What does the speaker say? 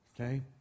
Okay